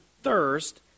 thirst